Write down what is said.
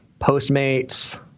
Postmates